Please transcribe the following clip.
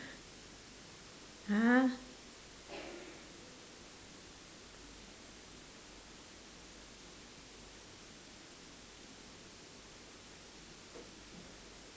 !huh!